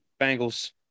Bengals